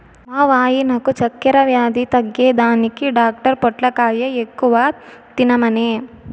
మా వాయినకు చక్కెర వ్యాధి తగ్గేదానికి డాక్టర్ పొట్లకాయ ఎక్కువ తినమనె